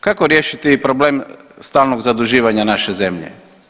Kako riješiti problem stalnog zaduživanja naše zemlje?